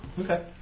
Okay